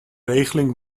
regeling